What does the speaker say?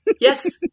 Yes